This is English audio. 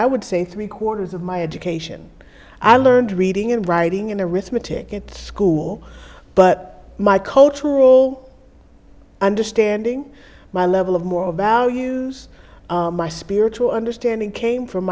i would say three quarters of my education i learned reading and writing and arithmetic it school but my cultural understanding my level of moral values my spiritual understanding came from